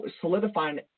solidifying